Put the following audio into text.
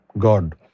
God